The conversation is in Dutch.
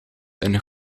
een